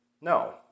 No